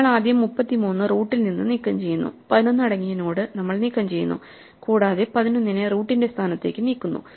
നമ്മൾ ആദ്യം 33 റൂട്ടിൽ നിന്ന് നീക്കംചെയ്യുന്നു 11 അടങ്ങിയ നോഡ് നമ്മൾ നീക്കംചെയ്യുന്നു കൂടാതെ 11 നെ റൂട്ടിന്റെ സ്ഥാനത്തേക്ക് നീക്കുന്നു